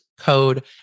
code